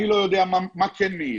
אני לא יודע מה כן מעיד.